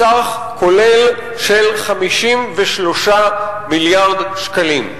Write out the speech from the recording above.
בסך כולל של 53 מיליארד שקלים.